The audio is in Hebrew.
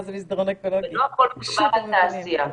ולא הכול מדובר על תעשייה.